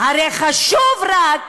הרי חשוב רק